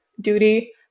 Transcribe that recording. duty